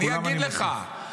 אני אגיד לך,